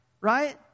right